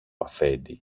αφέντη